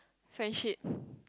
friendship